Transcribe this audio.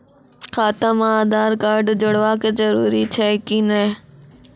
खाता म आधार कार्ड जोड़वा के जरूरी छै कि नैय?